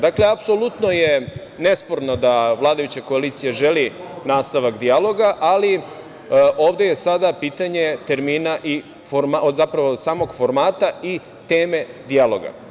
Dakle, apsolutno je nesporno da vladajuća koalicija želi nastavak dijaloga, ali ovde je sada pitanje termina, zapravo, od samog formata i teme dijaloga.